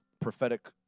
prophetic